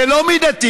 זה לא מידתי,